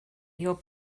your